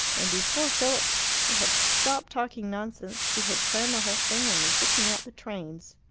and before philip had stopped talking nonsense, she had planned the whole thing and was looking out the trains.